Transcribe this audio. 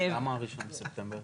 למה ה-1 בספטמבר?